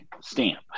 stamp